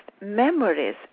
memories